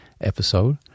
episode